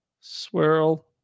Swirl